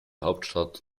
hauptstadt